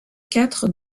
quatre